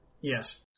Yes